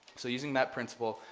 so using that principle,